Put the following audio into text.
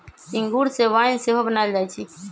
इंगूर से वाइन सेहो बनायल जाइ छइ